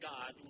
God